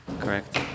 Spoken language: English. Correct